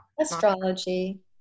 astrology